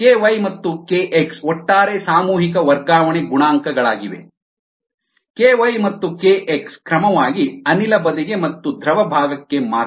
Ky ಮತ್ತು Kx ಒಟ್ಟಾರೆ ಸಾಮೂಹಿಕ ವರ್ಗಾವಣೆ ಗುಣಾಂಕಗಳಾಗಿವೆ ky ಮತ್ತು kx ಕ್ರಮವಾಗಿ ಅನಿಲ ಬದಿಗೆ ಮತ್ತು ದ್ರವ ಭಾಗಕ್ಕೆ ಮಾತ್ರ